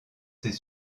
ses